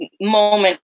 moment